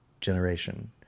generation